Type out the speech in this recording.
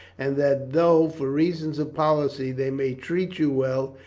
and that though, for reasons of policy, they may treat you well,